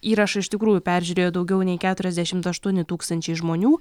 įrašą iš tikrųjų peržiūrėjo daugiau nei keturiasdešimt aštuoni tūkstančiai žmonių